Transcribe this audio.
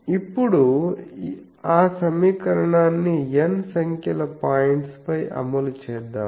ఇప్పుడు ఆ సమీకరణాన్ని n సంఖ్యల పాయింట్స్ పై అమలు చేద్దాం